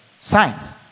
Science